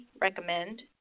recommend